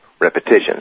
repetitions